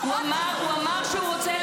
הוא לא אמר, מטי.